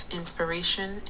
inspiration